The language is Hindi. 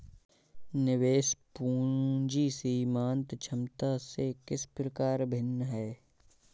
निवेश पूंजी सीमांत क्षमता से किस प्रकार भिन्न है?